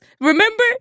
Remember